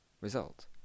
result